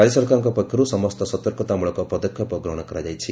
ରାଜ୍ୟ ସରକାରଙ୍କ ପକ୍ଷରୁ ସମସ୍ତ ସତର୍କତାମୂଳକ ପଦକ୍ଷେପ ଗ୍ରହଣ କରାଯାଇଛି